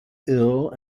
ill